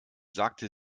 sagte